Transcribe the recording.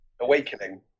awakening